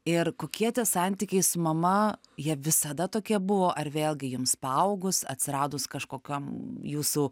ir kokie tie santykiai su mama jie visada tokie buvo ar vėlgi jums paaugus atsiradus kažkokiom jūsų